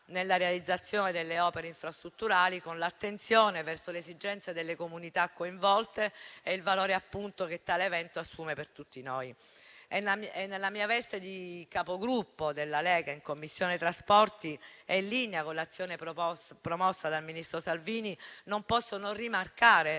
nella realizzazione delle opere infrastrutturali con l'attenzione verso le esigenze delle comunità coinvolte e il valore, appunto, che tale evento assume per tutti noi. Nella mia veste di Capogruppo della Lega in Commissione trasporti e in linea con l'azione promossa dal ministro Salvini, non posso non rimarcare